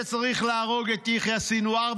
שצריך להרוג את יחיא סנוואר,